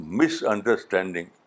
misunderstanding